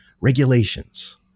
regulations